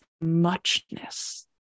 muchness